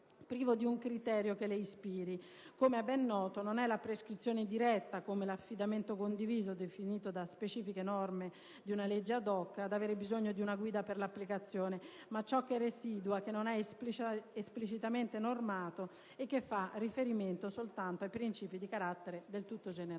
privo di un criterio che le ispiri. Come è ben noto, non è la prescrizione diretta, come l'affidamento condiviso, definito da specifiche norme di una legge *ad hoc*, ad avere bisogno di una guida per l'applicazione, ma ciò che residua, che non è esplicitamente normato e che fa riferimento soltanto a principi di carattere del tutto generale.